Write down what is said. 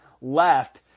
left